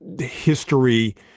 history